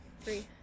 Three